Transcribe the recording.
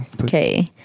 Okay